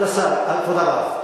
זה הפלמ"ח.